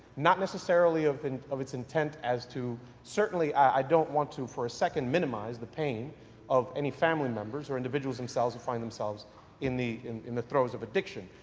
not necessarily of and of its intent as to certainly i don't want to for a second minimize the pain of any family members or individuals themselves, find themselves in the in the throws of addiction.